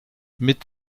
mit